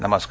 नमस्कार